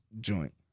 joint